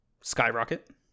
skyrocket